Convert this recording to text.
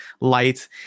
light